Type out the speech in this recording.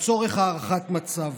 לצורך הערכת מצב.